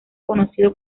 conocido